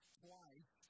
twice